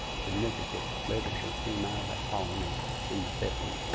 significant literature came out of that colony in the fifty